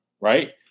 right